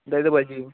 সেটাই তো বলছি